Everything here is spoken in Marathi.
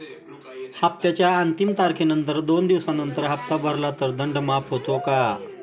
हप्त्याच्या अंतिम तारखेनंतर दोन दिवसानंतर हप्ता भरला तर दंड माफ होतो का?